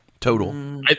total